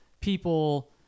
people